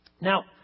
Now